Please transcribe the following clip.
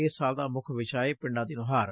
ਇਸ ਸਾਲ ਦਾ ਮੁੱਖ ਵਿਸ਼ਾ ਏ ਪਿੰਡਾਂ ਦੀ ਨੁਹਾਰ